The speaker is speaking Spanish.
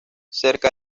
cerca